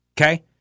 okay